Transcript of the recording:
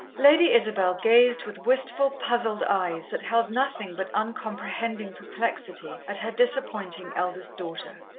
lady isabel gazed with wistful, puzzled eyes that held nothing but uncomprehending perplexity at her disappointing eldest daughter.